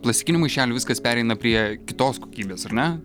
plastikinių maišelių viskas pereina prie kitos kokybės ar ne